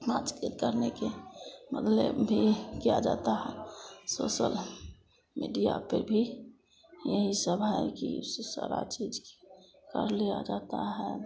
बातचीत करने के बदले भी किया जाता है सोसल मीडिया पर भी यही सब है कि उससे सारा चीज किया कर लिया जाता है